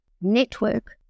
network